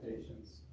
patience